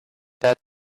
that